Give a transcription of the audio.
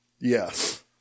yes